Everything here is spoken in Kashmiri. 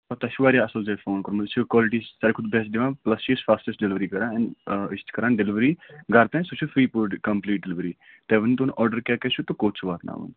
تۄہہِ چھُ واریاہ اَصٕل جایہِ فون کوٚرمُت یُس یہِ کالٹی چھِ ساروی کھۄتہٕ بٮ۪سٹ دِوان پٕلَس چھِ أسۍ فاسٹٮ۪سٹ ڈِلؤری کران اینٛڈ أسۍ چھِ کران ڈِلؤری گرٕ تام سُہ چھِ فرٛی کمپٕلیٖٹ ڈِلؤری تۄہہِ ؤنۍ تون آڈر کیٛاہ کیٛاہ چھِ تہٕ کوٚت چھُ واتناوُن